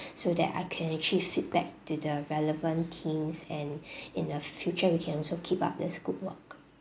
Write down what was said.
so that I can actually feedback to the relevant teams and in the future we can also keep up this good work